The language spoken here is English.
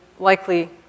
likely